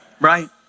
Right